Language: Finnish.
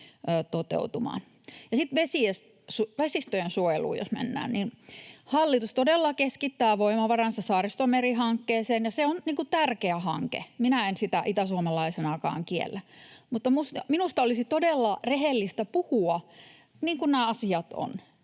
toteutumaan. Sitten jos mennään vesistöjen suojeluun, niin hallitus todella keskittää voimavaransa Saaristomeri-hankkeeseen, ja se on tärkeä hanke. Minä en sitä itäsuomalaisenakaan kiellä. Mutta minusta olisi todella rehellistä puhua niin kuin nämä asiat ovat.